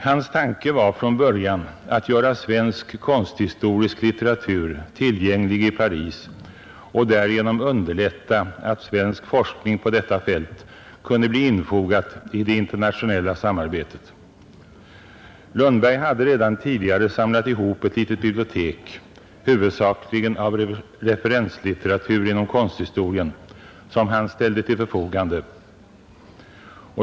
Hans tanke var från början att göra svensk konsthistorisk litteratur tillgänglig i Paris och därigenom underlätta att svensk forskning på detta fält kunde bli infogad i det internationella samarbetet. Lundberg hade redan tidigare samlat ihop ett litet bibliotek, huvudsakligen av referenslitteratur inom konsthistorien, som han ställde till förfogande.